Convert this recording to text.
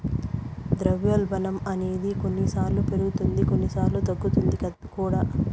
ద్రవ్యోల్బణం అనేది కొన్నిసార్లు పెరుగుతుంది కొన్నిసార్లు తగ్గుతుంది కూడా